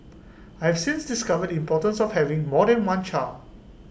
I have since discovered the importance of having more than one child